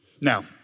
Now